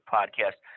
Podcast